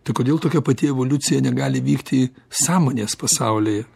tai kodėl tokia pati evoliucija negali vykti sąmonės pasaulyje